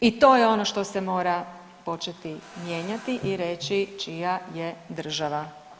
I to je ono što se mora početi mijenjati i reći čija je država.